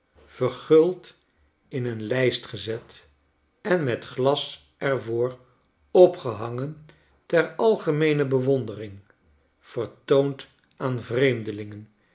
verguld in een st gezet en met glas er voor opgehangen ter algemeene bewondering vertoond aan vreemdelingen